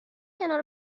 کنار